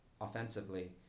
offensively